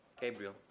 Gabriel